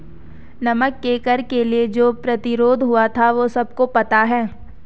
नमक के कर के लिए जो प्रतिरोध हुआ था वो सबको पता है